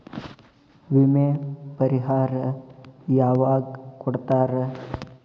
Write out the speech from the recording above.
ವಿಮೆ ಪರಿಹಾರ ಯಾವಾಗ್ ಕೊಡ್ತಾರ?